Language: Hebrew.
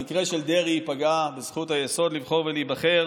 במקרה של דרעי היא פגעה בזכות היסוד לבחור ולהיבחר,